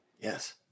Yes